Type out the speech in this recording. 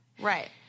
Right